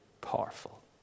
powerful